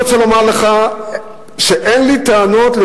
אני רוצה לומר לך שאין לי טענות על